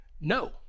no